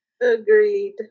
agreed